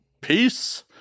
Peace